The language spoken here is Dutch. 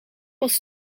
was